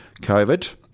COVID